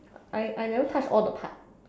I I never touch all the part